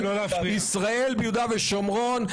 ישראל ביהודה ושומרון,